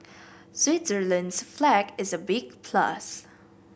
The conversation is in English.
Switzerland's flag is a big plus